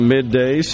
Midday